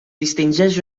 distingeix